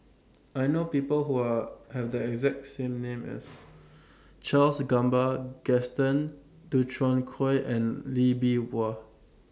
I know People Who Are Have The exact same name as Charles Gamba Gaston Dutronquoy and Lee Bee Wah